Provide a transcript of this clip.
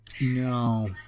no